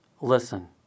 listen